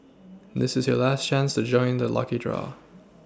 this is your last chance to join the lucky draw